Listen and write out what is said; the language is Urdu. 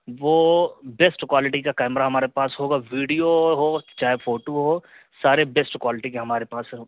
وہ بیسٹ کوالٹی کا کیمرا ہمارے پاس ہوگا ویڈیو ہو چاہے فوٹو ہو سارے بیسٹ کوالٹی کے ہمارے پاس